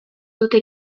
dute